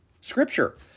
scripture